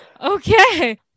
Okay